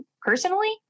personally